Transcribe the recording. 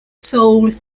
soul